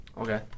Okay